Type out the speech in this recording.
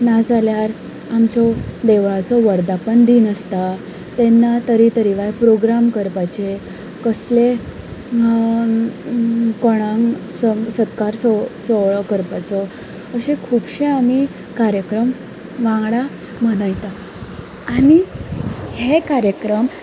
ना जाल्यार आमचो देवळाचो वर्धापन दिन आसता तेन्ना तरे तरेकवार प्रोग्राम करपाचे कसले कोणाक सत्कार सुवाळो करपाचो अशे खुबशे आमी कार्यक्रम वांगडा मनयता आनी हे कार्यक्रम